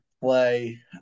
play